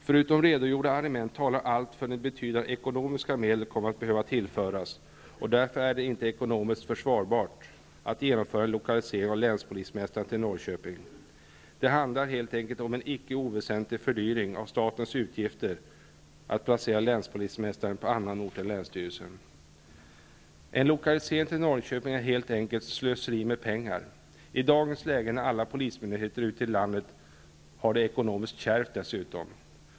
Förutom redogjorda argument talar allt för att betydande ekonomiska medel kommer att behöva tillföras, och därför är det inte ekonomiskt försvarbart att genomföra en lokalisering av länspolismästaren till Norrköping. Det handlar helt enkelt om en icke oväsentlig fördyring av en statlig verksamhet om man placerar länspolismästaren på annan ort än länsstyrelsen. En lokalisering till Norrköping är helt enkelt slöseri med pengar, dessutom i ett läge när alla polismyndigheter ute i landet har det ekonomiskt kärvt.